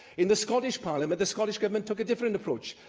in the scottish parliament, the scottish government took a different approach.